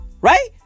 Right